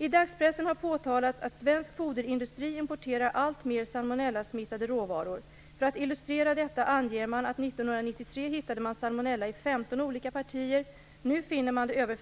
I dagspressen har påtalats att "svensk foderindustri importerar alltmer salmonellasmittade råvaror". För att illustrera detta anger man att "1993 hittade man salmonella i 15 olika partier, nu finner man det över